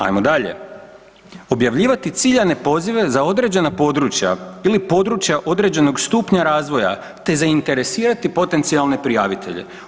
Ajmo dalje, objavljivati ciljane pozive za određena područja ili područja određenog stupnja razvoja, te zainteresirati potencijalne prijavitelje.